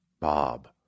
Bob